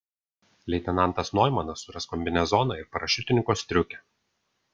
leitenantas noimanas suras kombinezoną ir parašiutininko striukę